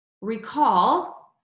Recall